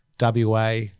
WA